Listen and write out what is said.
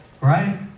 right